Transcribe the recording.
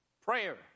prayer